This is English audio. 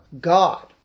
God